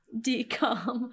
decom